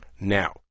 Now